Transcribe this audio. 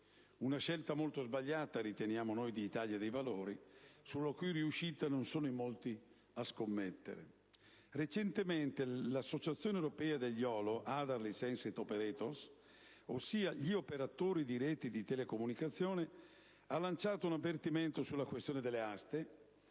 Una scelta molto sbagliata, riteniamo noi dell'Italia dei Valori, sulla cui riuscita non sono in molti a scommettere. Recentemente, l'associazione europea degli *other licensed operators* (OLO) - ossia tutti gli operatori di reti di telecomunicazione - ha lanciato un avvertimento sulla questione delle aste,